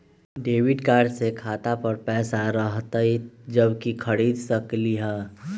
Debit card से खाता पर पैसा रहतई जब ही खरीद सकली ह?